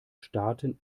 staaten